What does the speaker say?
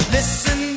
Listen